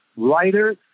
Writer